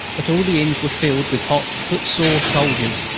but all the inns were filled with hot, footsore soldiers,